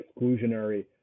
exclusionary